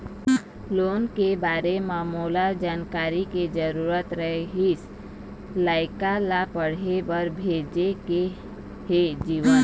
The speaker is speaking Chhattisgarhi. लोन के बारे म मोला जानकारी के जरूरत रीहिस, लइका ला पढ़े बार भेजे के हे जीवन